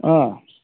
অঁ